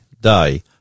day